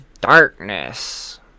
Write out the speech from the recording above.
darkness